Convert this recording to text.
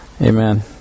Amen